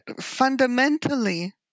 Fundamentally